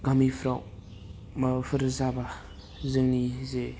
गामिफ्राव माबाफोर जाबा जोंनि जे